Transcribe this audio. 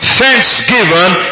thanksgiving